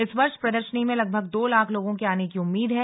इस वर्ष प्रदर्शनी में लगभग दो लाख लोगों के आने की उम्मीद है